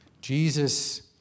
Jesus